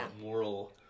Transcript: moral